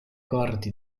corti